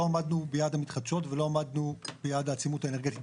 לא עמדנו ביעד המתחדשות ולא עמדנו ביעד העצימות האנרגטית,